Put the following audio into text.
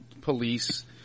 police